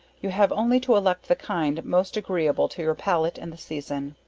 you have only to elect the kind most agreeable to your palate and the season.